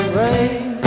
rain